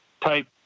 type